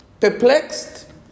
Perplexed